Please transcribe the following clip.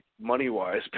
money-wise